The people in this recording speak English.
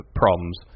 problems